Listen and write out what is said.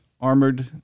Armored